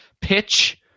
pitch